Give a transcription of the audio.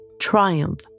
triumph